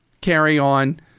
carry-on